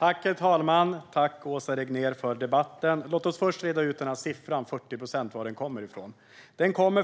Herr talman! Jag tackar Åsa Regnér för debatten. Låt oss först reda ut var siffran 40 procent kommer från.